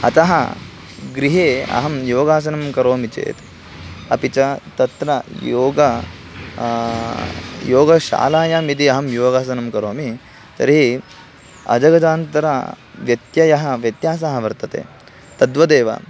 अतः गृहे अहं योगासनं करोमि चेत् अपि च तत्र योगः योगशालायां यदि अहं योगासनं करोमि तर्हि अजगदान्तरव्यत्ययः व्यत्यासः वर्तते तद्वदेव